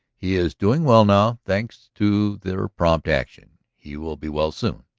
he is doing well now, thanks to their prompt action he will be well soon.